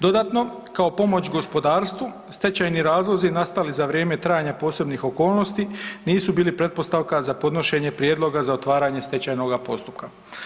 Dodatno, kao pomoć gospodarstvu stečajni razlozi nastali za vrijeme trajanja posebnih okolnosti nisu bili pretpostavka za podnošenje prijedloga za otvaranje stečajnoga postupka.